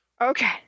okay